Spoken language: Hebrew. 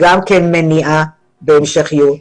מניעה והמשכיות.